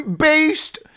beast